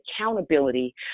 accountability